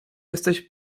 jesteś